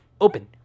Open